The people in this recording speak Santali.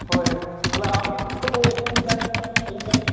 ᱦᱳᱭ ᱦᱳᱭ ᱛᱟᱞᱚᱦᱮ ᱟᱢ ᱜᱮ ᱛᱤᱥ ᱠᱚᱛᱮ ᱯᱷᱤᱨᱤᱢ ᱛᱟᱦᱮᱱ ᱠᱟᱱᱟ ᱟᱞᱮᱫᱚᱞᱮ